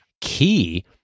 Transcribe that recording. key